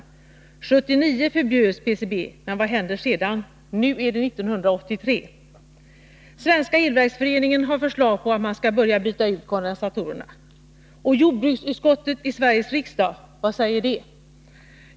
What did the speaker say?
1979 förbjöds PCB, men vad händer sedan? Nu är det 1983. Svenska elverksföreningen har föreslagit att man skall börja byta ut kondensatorerna. Och jordbruksutskottet i Sveriges riksdag, vad säger det?